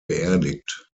beerdigt